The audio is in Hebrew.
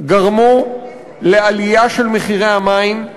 גרמו לעלייה של מחירי המים,